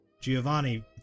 Giovanni